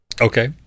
okay